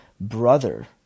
brother